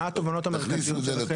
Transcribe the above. מה התובנות המרכזיות שלכם?